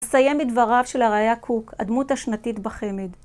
נסיים מדבריו של הראי"ה קוק, הדמות השנתית בחמ"ד.